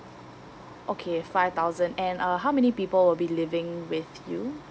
okay five thousand and uh how many people will be living with you